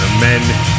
men